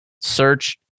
Search